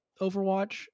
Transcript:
overwatch